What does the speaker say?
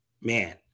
man